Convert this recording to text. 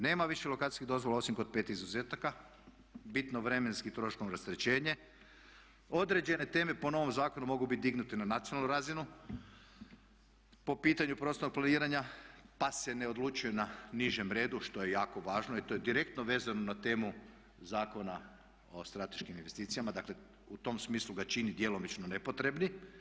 Nema više lokacijskih dozvola osim kod 5 izuzetaka, bitno vremenski troškovno rasterećenje, određene teme po novom zakonu mogu biti dignute na nacionalnu razinu po pitanju prostornog planiranja pa se ne odlučuju na nižem redu što je jako važno i to je direktno vezano na temu Zakona o strateškim investicijama, dakle u tom smislu ga čini djelomično nepotrebnim.